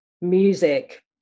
music